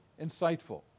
insightful